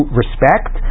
respect